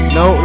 no